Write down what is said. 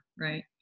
right